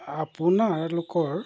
আপোনালোকৰ